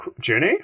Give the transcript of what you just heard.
journey